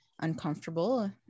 uncomfortable